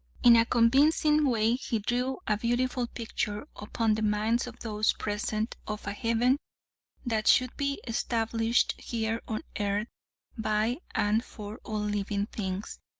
in a convincing way he drew a beautiful picture upon the minds of those present of a heaven that should be established here on earth by and for all living things,